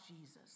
Jesus